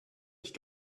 ich